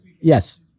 Yes